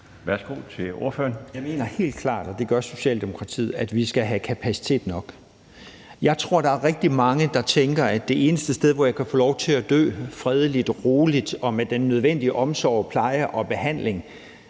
Mortensen (S): Jeg mener helt klart – og det gør Socialdemokratiet også – at vi skal have kapacitet nok. Jeg tror, at der er rigtig mange, der tænker, at det eneste sted, hvor man kan få lov til at dø fredeligt og roligt og med den nødvendige omsorg, pleje og behandling